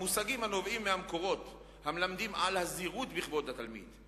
המושגים הנובעים מהמקורות המלמדים על הזהירות בכבוד התלמיד,